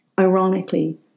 ironically